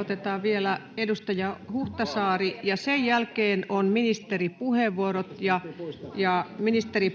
Otetaan vielä edustaja Huhtasaari, ja sen jälkeen on ministeripuheenvuorot: ministeri